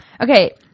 Okay